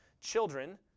children